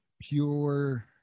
pure